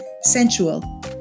sensual